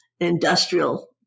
industrial